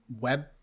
web –